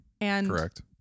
Correct